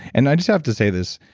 and i just have to say this.